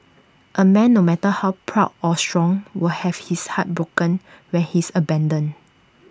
A man no matter how proud or strong will have his heart broken when he is abandoned